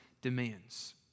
demands